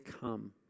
come